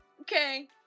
okay